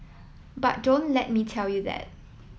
but don't let me tell you that